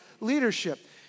leadership